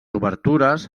obertures